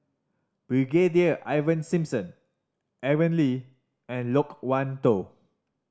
Brigadier Ivan Simson Aaron Lee and Loke Wan Tho